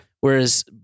Whereas